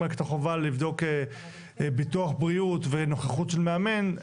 רק את החובה לבדוק ביטוח בריאות ונוכחות של מאמן,